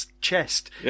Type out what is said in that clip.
chest